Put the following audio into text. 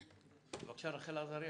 בבקשה, רחל עזריה.